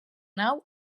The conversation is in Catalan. nau